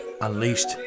unleashed